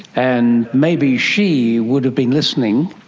and maybe she would have been listening,